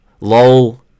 lol